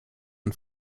and